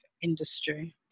industry